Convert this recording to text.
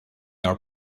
are